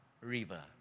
River